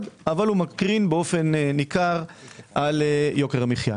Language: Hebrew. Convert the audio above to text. אבל הוא מקרין באופן ניכר על יוקר המחיה.